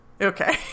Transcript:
Okay